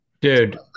dude